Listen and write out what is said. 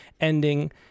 ending